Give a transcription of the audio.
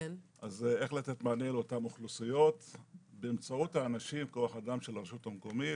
איך לתת מענה לאותן אוכלוסיות באמצעות כוח-האדם של הרשות המקומית,